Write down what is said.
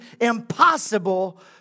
impossible